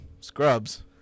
scrubs